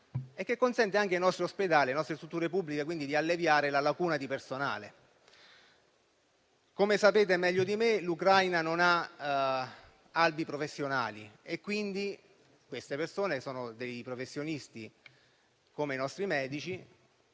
modo, consente anche ai nostri ospedali e alle nostre strutture pubbliche di alleviare la lacuna di personale. Come saprete meglio di me, l'Ucraina non ha albi professionali. A queste persone, che sono professionisti al pari dei nostri medici,